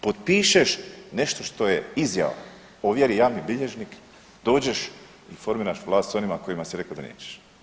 Potpišeš nešto što izjava, ovjeri javni bilježnik, dođeš i formiraš vlast s onima s kojima si rekao da nećeš.